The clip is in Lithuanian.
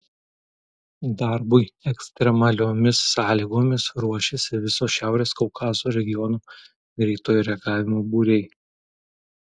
darbui ekstremaliomis sąlygomis ruošiasi viso šiaurės kaukazo regiono greitojo reagavimo būriai